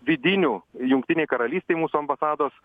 vidinių jungtinėj karalystėj mūsų ambasados